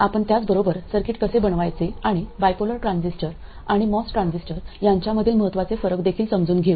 आपण त्याच बरोबर सर्किट कसे बनवायचे आणि बायपोलर ट्रान्झिस्टर आणि मॉस ट्रान्झिस्टर यांच्यामधील महत्त्वाचे फरक देखील समजून घेऊ